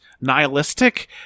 nihilistic